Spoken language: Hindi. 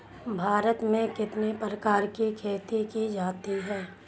भारत में कितने प्रकार की खेती की जाती हैं?